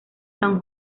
san